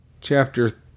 chapter